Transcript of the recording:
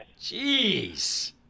Jeez